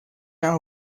are